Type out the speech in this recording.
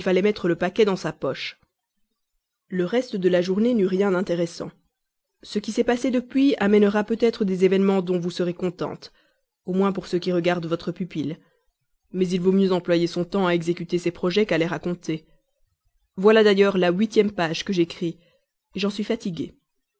mettre le paquet dans sa poche le reste de la journée n'eut rien d'intéressant ce qui s'est passé depuis amènera peut-être des événements dont vous serez contente au moins pour ce qui regarde votre pupille mais il vaut mieux employer son temps à exécuter ses projets qu'à les raconter voilà d'ailleurs la huitième page que j'écris j'en suis fatigué